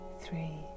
three